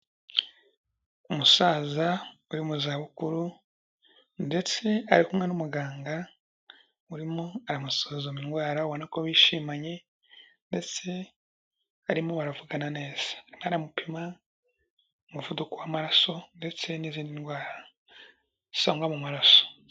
Umusaza uri mu za bukuru ndetse ari kumwe n'umuganga urimo amusuzuma indwara ubona ko bishimanye ndetse barimo baravugana neza, arimo aramupima umuvuduko w'amaraso ndetse n'izindi ndwara zisangwa mu maraso.